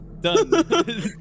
Done